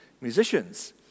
musicians